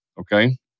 okay